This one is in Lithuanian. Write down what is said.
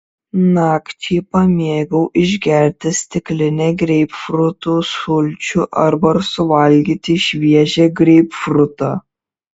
nakčiai pamėgau išgerti stiklinę greipfrutų sulčių arba suvalgyti šviežią greipfrutą